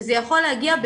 וזה יכול להגיע,